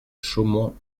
chaumont